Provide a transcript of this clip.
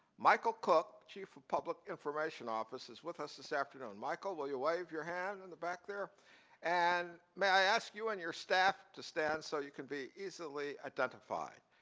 michael cook, chief of public information office is with us this afternoon. michael, will you wave your hand in the back? and may i ask you and your staff to stand so you can be easily identified.